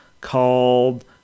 called